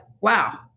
wow